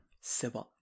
Seba